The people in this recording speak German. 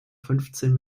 fünfzehn